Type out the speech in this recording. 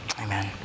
Amen